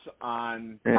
on